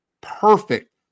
perfect